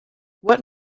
what